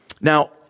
Now